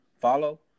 follow